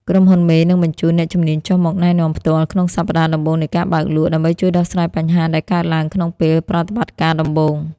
ក្រុមហ៊ុនមេនឹងបញ្ជូន "អ្នកជំនាញចុះមកណែនាំផ្ទាល់" ក្នុងសប្ដាហ៍ដំបូងនៃការបើកលក់ ដើម្បីជួយដោះស្រាយបញ្ហាដែលកើតឡើងក្នុងពេលប្រតិបត្តិការដំបូង។